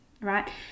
Right